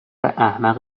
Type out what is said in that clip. احمق